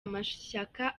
amashyaka